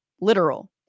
literal